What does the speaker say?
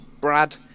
brad